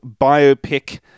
biopic